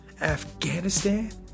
Afghanistan